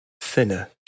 thinner